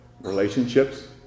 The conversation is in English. relationships